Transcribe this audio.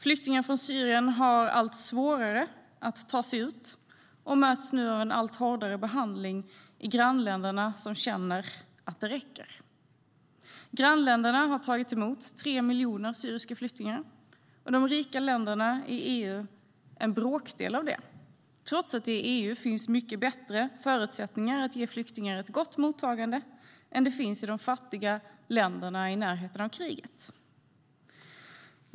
Flyktingar från Syrien har allt svårare att ta sig ut och möts nu av en allt hårdare behandling i grannländerna, som känner att det räcker. Grannländerna har tagit emot tre miljoner syriska flyktingar. De rika länderna i EU har tagit emot en bråkdel av det, trots att det i EU finns mycket bättre förutsättningar att ge flyktingar ett gott mottagande än det finns i de fattiga länderna i närheten av kriget.